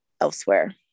elsewhere